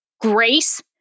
Grace